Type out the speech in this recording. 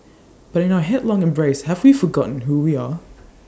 but in our headlong embrace have we forgotten who we are